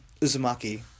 Uzumaki